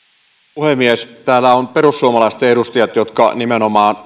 puhemies täällä ovat perussuomalaisten edustajat nimenomaan